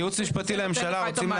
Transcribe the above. אני מציעה